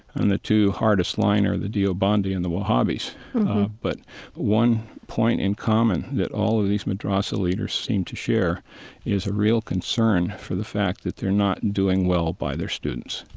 and the two hardest line are the deobandi and the wahhabis but one point in common that all of these madrassa leaders seem to share is a real concern for the fact that they're not doing well by their students.